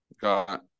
Got